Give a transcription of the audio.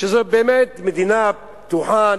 שזו באמת מדינה פתוחה,